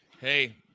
Hey